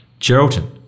Geraldton